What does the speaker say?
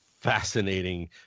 fascinating